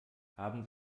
haben